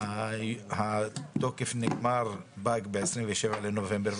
התוקף פג ב-27 בנובמבר,